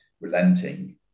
relenting